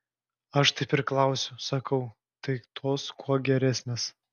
aš taip ir klausiu sakau tai tos kuo geresnės